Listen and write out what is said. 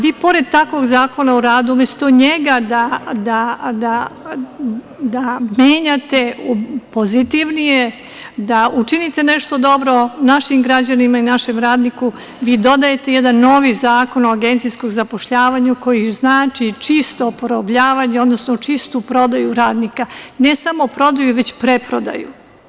Vi pored takvog Zakona o radu, umesto njega da menjate u pozitivnije, da učinite nešto dobro našim građanima i našem radniku, vi dodajete jedan novi Zakon o agencijskom zapošljavanju koji znači čisto porobljavanje, odnosno čistu prodaju radnika i ne samo prodaju, već preprodaju.